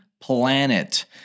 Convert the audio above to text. planet